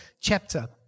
chapter